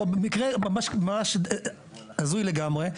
מקרה הזוי לגמרי,